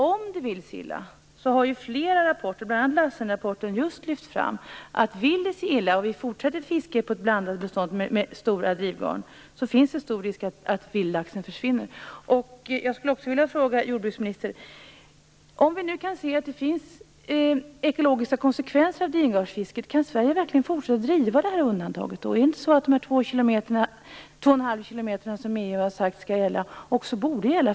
Om det vill sig illa har flera rapporter, bl.a. Lassenrapporten, just lyft fram att om det vill sig illa och om vi fortsätter att fiska i blandade bestånd med stora drivgarn finns det stor risk att vildlaxen försvinner. Jag skulle också vilja fråga jordbruksministern följande. Om vi nu kan se att det blir ekologiska konsekvenser av drivgarnsfisket, kan Sverige då verkligen fortsätta att driva detta undantag? Är det inte så att dessa 2,5 km som EU har sagt skall gälla också borde gälla?